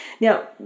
Now